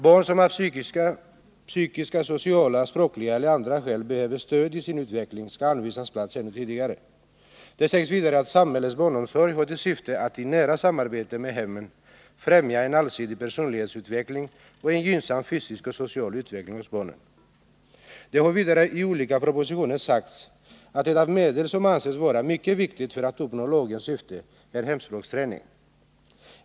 Barn som av fysiska, psykiska, sociala, språkliga eller andra skäl behöver stöd i sin utveckling skall anvisas plats ännu tidigare. Det sägs vidare att samhällets barnomsorg har till syfte att i nära samarbete med hemmen främja en allsidig personlighetsutveckling och en gynnsam fysisk och social utveckling hos barnen. Det har vidare i olika propositioner sagts att ett av de medel som anses vara mycket viktiga för att uppnå lagens syfte är hemspråksträning.